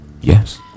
Yes